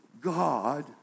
God